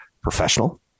professional